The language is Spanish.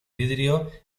vidrio